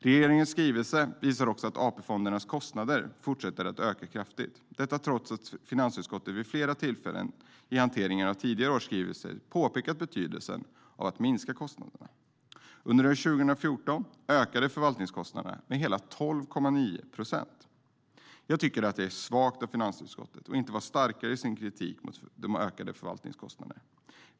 Regeringens skrivelse visar också att AP-fondernas kostnader fortsätter att öka kraftigt, detta trots att finansutskottet vid flera tillfällen i hanteringen av tidigare års skrivelser har påpekat betydelsen av att minska kostnaderna. Under 2014 ökade förvaltningskostnaderna med hela 12,9 procent. Jag tycker att det är svagt av finansutskottet att inte vara starkare i sin kritik mot de ökade förvaltningskostnaderna.